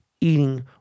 eating